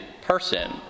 person